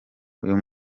uyu